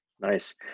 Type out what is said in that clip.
Nice